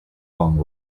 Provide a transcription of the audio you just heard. bong